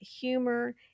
humor